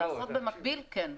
לעשות במקביל כן.